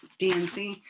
DNC